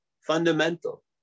fundamental